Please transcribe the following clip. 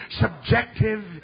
subjective